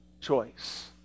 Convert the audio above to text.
choice